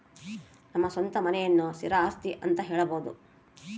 ನಮ್ಮ ಸ್ವಂತ ಮನೆಯನ್ನ ಸ್ಥಿರ ಆಸ್ತಿ ಅಂತ ಹೇಳಬೋದು